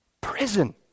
Prison